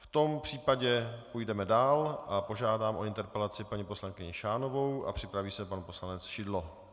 V tom případě půjdeme dál a požádám o interpelaci paní poslankyni Šánovou, a připraví se pan poslanec Šidlo.